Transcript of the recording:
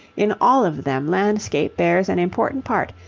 in all of them landscape bears an important part,